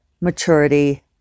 maturity